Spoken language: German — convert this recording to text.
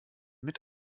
mit